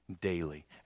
daily